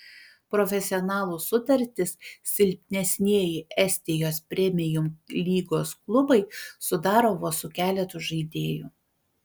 profesionalų sutartis silpnesnieji estijos premium lygos klubai sudaro vos su keletu žaidėjų